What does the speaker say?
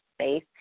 space